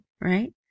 right